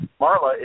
Marla